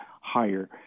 higher